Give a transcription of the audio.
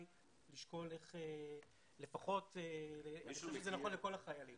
זה נכון לכל החיילים.